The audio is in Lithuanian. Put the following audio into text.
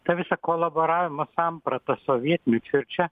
tą visą kolaboravimo sampratą sovietmečiu ir čia